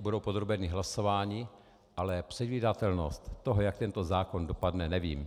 budou podrobeny hlasování, ale předvídatelnost toho, jak tento zákon dopadne, nevím.